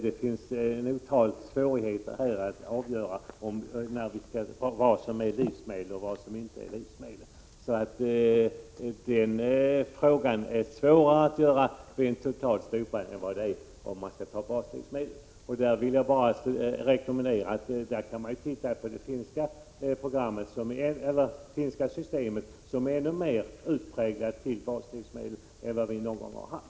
Det finns många svårigheter när det gäller att avgöra vad som är livsmedel och vad som inte skall liknas dit. Detta är svårare vid ett totalt slopande än om man räknar med enbart baslivsmedlen. Jag kan rekommendera att man ser på det finska systemet som ger större reducering av mervärdeskatten än det vi någonsin har haft.